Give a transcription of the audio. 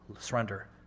Surrender